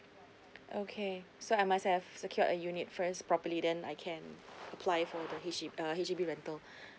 okay so I must have secured a unit first properly then I can apply for the H_D_B rental